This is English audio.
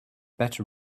better